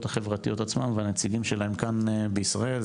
החברתיות עצמן והנציגים שלהן כאן בישראל.